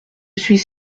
suis